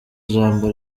ijambo